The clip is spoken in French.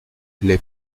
les